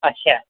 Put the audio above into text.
अच्छा